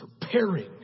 preparing